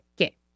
Okay